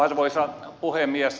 arvoisa puhemies